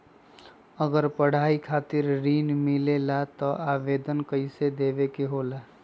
अगर पढ़ाई खातीर ऋण मिले ला त आवेदन कईसे देवे के होला?